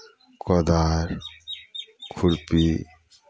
कोदारि खुरपी